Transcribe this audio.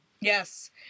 Yes